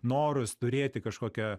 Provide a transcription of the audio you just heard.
norus turėti kažkokią